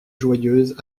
joyeuse